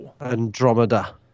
Andromeda